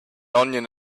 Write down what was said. onion